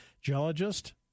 geologist